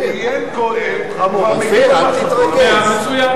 הוא עיין בו קודם, והוא מגיב על מה שכתוב שם.